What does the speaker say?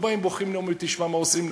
באים ובוכים: תשמע מה עושים לי.